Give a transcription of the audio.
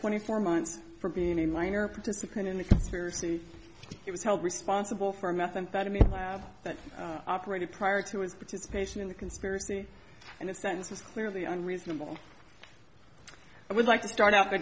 twenty four months for being in line or a participant in the conspiracy he was held responsible for a methamphetamine lab that operated prior to his participation in the conspiracy and the sentence was clearly unreasonable i would like to start out by